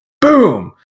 boom